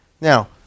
Now